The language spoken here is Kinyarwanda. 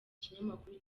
kinyamakuru